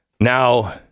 Now